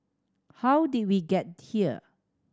how did we get here